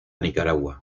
nicaragua